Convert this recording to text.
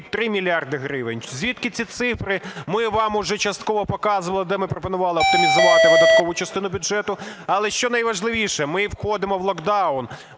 мільярда гривень. Звідки ці цифри? Ми вам уже частково показували, де ми пропонували оптимізувати видаткову частину бюджету. Але, що найважливіше, ми входимо в локдаун,